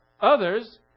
others